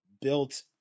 built